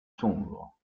sombre